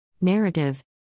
Narrative